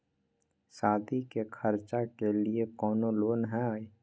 सादी के खर्चा के लिए कौनो लोन है?